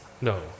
no